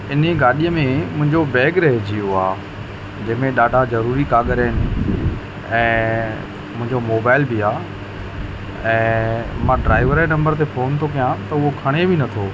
इन गाॾीअ में मुंहिंजो बैग रहिजी वियो आहे जंहिंमें ॾाढा ज़रूरी कागर आहिनि ऐं मुंहिंजो मोबाइल बि आहे ऐं मां ड्राइवर नंबर ते फ़ोन थो कया त उहो खणे बि नथो